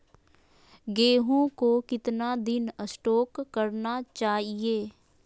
गेंहू को कितना दिन स्टोक रखना चाइए?